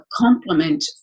complement